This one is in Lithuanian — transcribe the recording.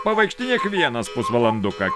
pavaikštinėk vienas pusvalanduką kitą